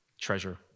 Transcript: treasure